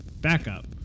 backup